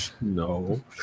No